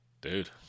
dude